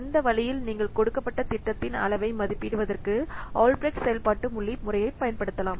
இந்த வழியில் நீங்கள் கொடுக்கப்பட்ட திட்டத்தின் அளவை மதிப்பிடுவதற்கு ஆல்பிரெக்ட் செயல்பாட்டு புள்ளி முறையைப் பயன்படுத்தலாம்